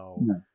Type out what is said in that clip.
nice